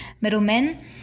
middlemen